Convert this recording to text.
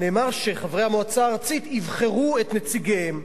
נאמר שחברי המועצה הארצית יבחרו את נציגיהם.